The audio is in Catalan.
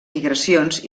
migracions